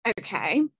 okay